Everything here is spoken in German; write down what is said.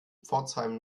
pforzheim